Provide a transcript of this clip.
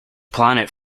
planet